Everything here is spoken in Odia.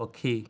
ପକ୍ଷୀ